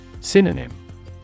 Synonym